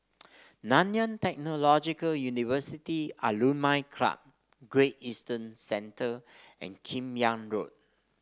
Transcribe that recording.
Nanyang Technological University Alumni Club Great Eastern Centre and Kim Yam Road